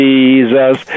Jesus